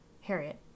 Harriet